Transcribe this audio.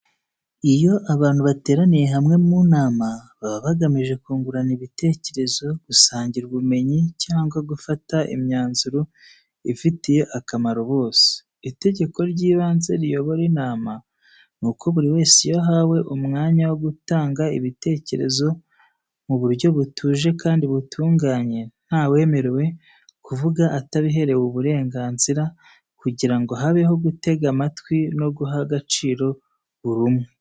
Iyo abantu bateraniye hamwe mu nama, baba bagamije kungurana ibitekerezo, gusangira ubumenyi, cyangwa gufata imyanzuro ifitiye akamaro bose. Itegeko ry’ibanze riyobora inama ni uko buri wese iyo ahawe umwanya wo gutanga ibitekerezo mu buryo butuje kandi butunganye, ntawemerewe kuvuga atabiherewe uburenganzira, kugira ngo habeho gutega amatwi no guha agaciro buri umwe.